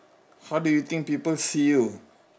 how did you think people see you